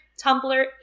Tumblr